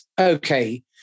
Okay